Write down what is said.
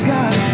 God